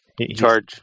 Charge